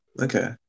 Okay